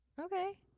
okay